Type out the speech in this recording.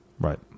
Right